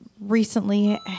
recently